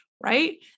right